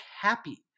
happy